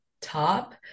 top